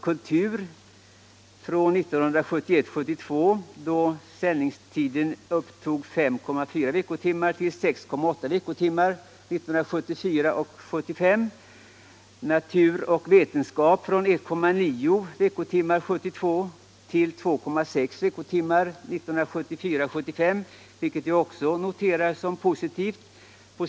Vidare har det blivit en ökning för området Kultur från 1971 75. Natur och vetenskap har ökat från 1,9 veckotimmar 1971 75, vilket jag också noterar Som positivt.